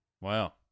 Wow